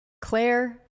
Claire